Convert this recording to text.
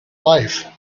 life